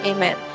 Amen